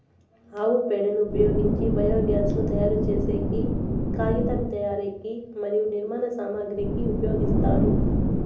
ఆవు పేడను ఉపయోగించి బయోగ్యాస్ ను తయారు చేసేకి, కాగితం తయారీకి మరియు నిర్మాణ సామాగ్రి కి ఉపయోగిస్తారు